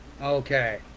Okay